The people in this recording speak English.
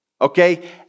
okay